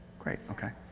great, ok.